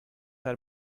are